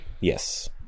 Yes